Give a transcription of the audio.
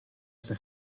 esa